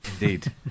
indeed